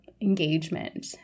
engagement